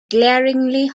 glaringly